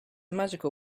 magical